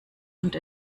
und